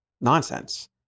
nonsense